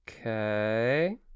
Okay